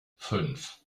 fünf